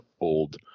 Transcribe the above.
old